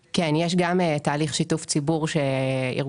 אני מדגיש ואומר שזה עוד לא עלה על שולחנה